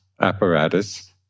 apparatus